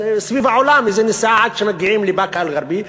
סביב העולם איזו נסיעה עד שמגיעים לבאקה-אלע'רביה.